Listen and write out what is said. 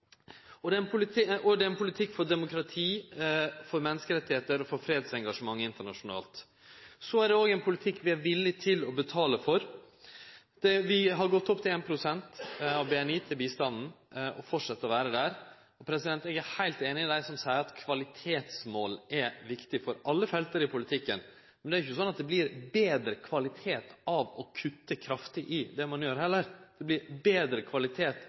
skogsatsing. Det er ein politikk for demokrati, for menneskerettar og for fredsengasjement internasjonalt. Så er det òg ein politikk vi er villige til å betale for. Vi har gått opp til 1 pst. av BNI til bistand og fortset med å vere der. Eg er heilt einig med dei som seier at kvalitetsmål er viktig for alle felt i politikken, men det er jo ikkje sånn at det vert betre kvalitet av å kutte kraftig i det ein gjer heller. Det vert betre kvalitet